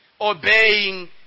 obeying